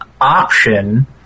option